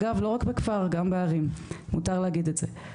אגב לא רק בכפר, גם בערים, מותר להגיד את זה.